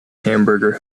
hamburger